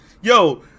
Yo